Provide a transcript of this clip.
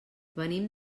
venim